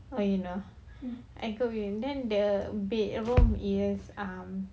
oh you know I told you then the bedroom is ah